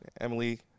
Emily